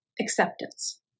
acceptance